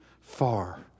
far